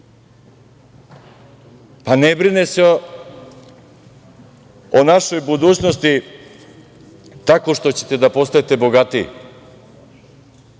ne brine se o našoj budućnosti tako što ćete da postajete bogatiji.